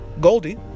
Goldie